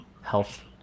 health